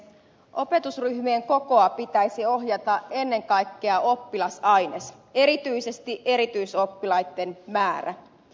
opetusryhmien kokoa pitäisi olla ohjaamassa ennen kaikkea oppilasaines erityisesti erityisoppilaitten määrä